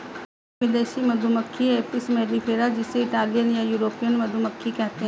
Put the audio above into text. एक विदेशी मधुमक्खी एपिस मेलिफेरा जिसे इटालियन या यूरोपियन मधुमक्खी कहते है